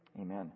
Amen